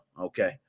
okay